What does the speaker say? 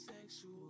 sexual